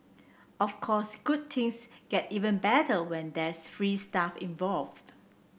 of course good things get even better when there's free stuff involved